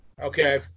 Okay